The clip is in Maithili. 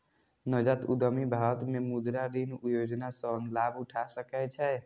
नवजात उद्यमी भारत मे मुद्रा ऋण योजना सं लाभ उठा सकै छै